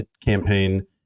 campaign